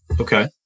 Okay